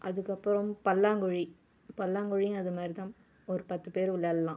அதுக்கப்புறம் பல்லாங்குழி பல்லாங்குழியும் அது மாதிரி தான் ஒரு பத்து பேர் விளையாடலாம்